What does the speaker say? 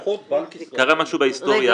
קרה משהו בהיסטוריה,